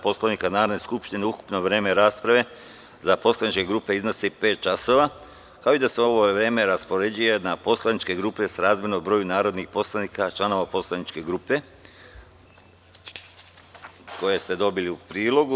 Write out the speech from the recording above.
Poslovnika Narodne skupštine, ukupno vreme rasprave za poslaničke grupe iznosi pet časova, kao i da se ovo vreme raspoređuje na poslaničke grupe srazmerno broju narodnih poslanika članova poslaničke grupe, koje ste dobili u prilogu.